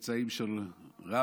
צאצאים של "Rabbis",